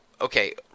okay